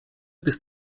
bis